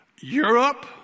Europe